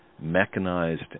mechanized